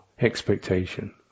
expectation